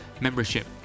membership